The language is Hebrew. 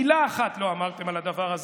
מילה אחת לא אמרתם על הדבר הזה.